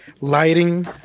lighting